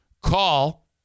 call